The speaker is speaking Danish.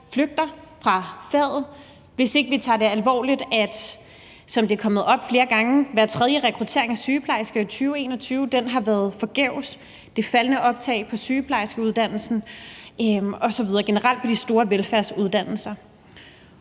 flygter fra faget, hvis ikke vi tager det alvorligt, at, som det er kommet op flere gange, hver tredje rekruttering af sygeplejersker i 2021 har været forgæves, og at der er et faldende optag på sygeplejerskeuddannelsen og generelt på de store velfærdsuddannelser.